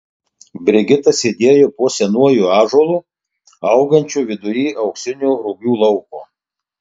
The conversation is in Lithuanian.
brigita sėdėjo po senuoju ąžuolu augančiu vidury auksinio rugių lauko